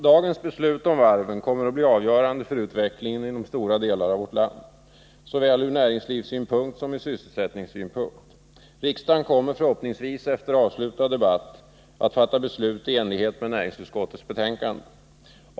Dagens beslut om varven kommer att bli avgörande för utvecklingen inom stora delar av landet såväl från näringslivssynpunkt som från sysselsättningssynpunkt. Riksdagen kommer förhoppningsvis efter avslutad debatt att fatta beslut i enlighet med näringsutskottets förslag.